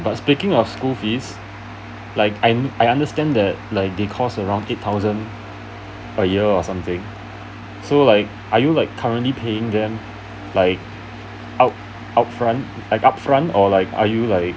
but speaking of school fees like I I understand that like they cost around eight thousand a year or something so like are you like currently paying them like out out front eh up front or like are you like